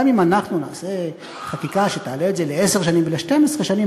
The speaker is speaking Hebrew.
גם אם אנחנו נעשה חקיקה שתעלה את זה ל-10 שנים ול-12 שנים,